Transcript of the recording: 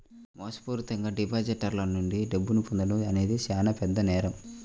మోసపూరితంగా డిపాజిటర్ల నుండి డబ్బును పొందడం అనేది చానా పెద్ద నేరం